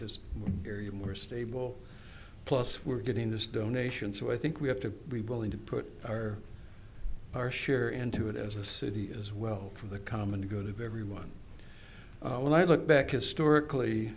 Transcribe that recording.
this area more stable plus we're getting this donations so i think we have to rebuilding to put our our share into it as a city as well for the common good of everyone when i look back historically